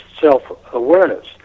self-awareness